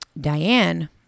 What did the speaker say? Diane